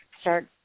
start